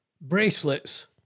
bracelets